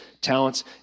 talents